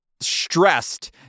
stressed